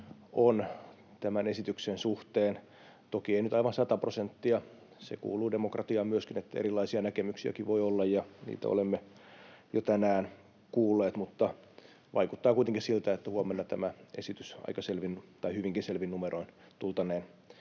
on tämän esityksen suhteen, toki ei nyt aivan 100 prosenttia — myöskin se kuuluu demokratiaan, että erilaisiakin näkemyksiä voi olla, ja niitä olemme jo tänään kuulleet —mutta vaikuttaa kuitenkin siltä, että huomenna tämä esitys hyvinkin selvin numeroin tultaneen